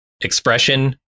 expression